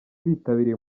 bitabiriye